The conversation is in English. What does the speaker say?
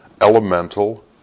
elemental